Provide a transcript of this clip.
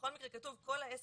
בכל מקרה, כתוב כל העסקים